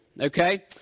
okay